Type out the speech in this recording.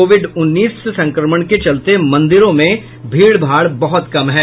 Covid उन्नीस संक्रमण के चलते मंदिरों में भीड़ भाड़ बहुत कम है